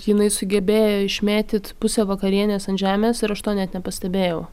jinai sugebėjo išmėtyt pusę vakarienės ant žemės ir aš to net nepastebėjau